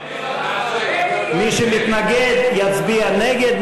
מי שמתנגד, יצביע נגד.